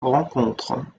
rencontre